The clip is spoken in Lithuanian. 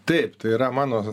taip tai yra mano